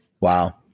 Wow